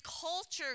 culture